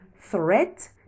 threat